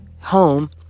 home